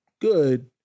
good